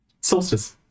Solstice